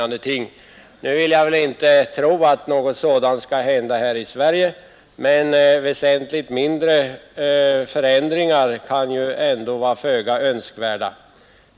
Nu vill jag inte tro att något sådant skall hända här i Sverige, men även väsentligt mindre förändringar kan ju vara föga önskvärda.